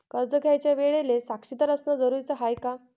कर्ज घ्यायच्या वेळेले साक्षीदार असनं जरुरीच हाय का?